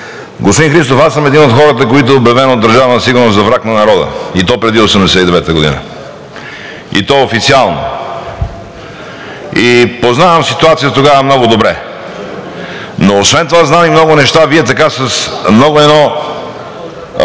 Господин Христов, аз съм един от хората, който е обявен от Държавна сигурност за враг на народа, и то преди 1989 г., и то официално, познавам ситуацията тогава много добре. Но освен това знам и много неща. Вие така с едно